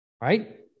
right